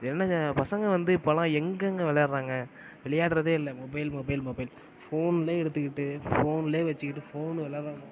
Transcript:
என்னங்க பசங்கள் வந்து இப்போல்லாம் எங்கேங்க விளையாடுறாங்க விளையாடுறதே இல்லை மொபைல் மொபைல் மொபைல் ஃபோன்லேயே எடுத்துக்கிட்டு ஃபோன்லேயே வச்சுக்கிட்டு ஃபோன் விளையாடுறாங்க